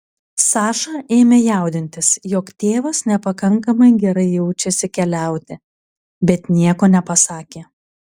saša ėmė jaudintis jog tėvas nepakankamai gerai jaučiasi keliauti bet nieko nepasakė